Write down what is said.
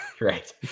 right